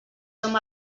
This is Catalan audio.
som